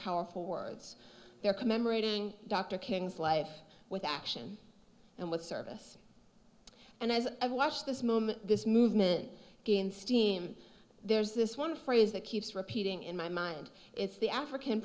powerful words there commemorating dr king's life with action and with service and as i watch this moment this movement gain steam there's this one phrase that keeps repeating in my mind it's the african